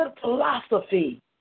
philosophy